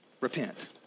repent